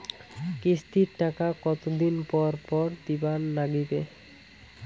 কিস্তির টাকা কতোদিন পর পর দিবার নাগিবে?